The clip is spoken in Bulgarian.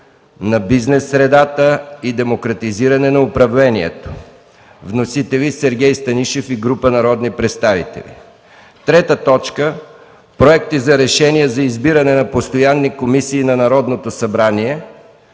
на бизнес средата и демократизиране на управлението“. Вносители са Сергей Станишев и група народни представители. 3. Проекти за решения за избиране на постоянни комисии на Народното събрание.